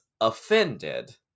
offended